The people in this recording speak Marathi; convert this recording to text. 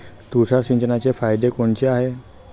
तुषार सिंचनाचे फायदे कोनचे हाये?